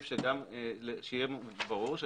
שיהיה ברור,